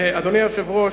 אדוני היושב-ראש,